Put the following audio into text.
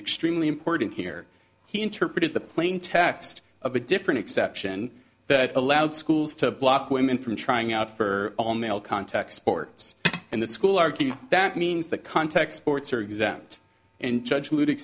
extremely important here he interpreted the plain text of a different exception that allowed schools to block women from trying out for all male contact sports and the school argue that means that context courts are exempt and judge l